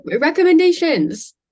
recommendations